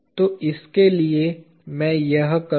तो इसके लिए मैं यह करूँगा